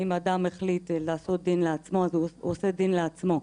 אם אדם החליט לעשות דין לעצמו אז הוא עושה דין לעצמו,